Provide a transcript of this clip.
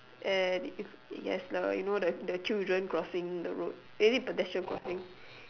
and it has the you know children crossing the road is it pedestrian crossing